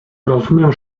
rozumiem